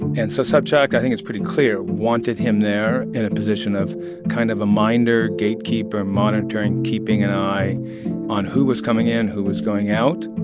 and so sobchak, i think it's pretty clear, wanted him there in a position of kind of a minder, gatekeeper, monitoring, keeping an eye on who was coming in, who was going out.